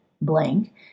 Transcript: blank